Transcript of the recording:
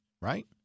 right